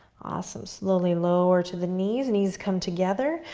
awesome, slowly lower to the knees, knees come together.